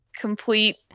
complete